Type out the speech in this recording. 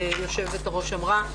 יושבת הראש אמרה,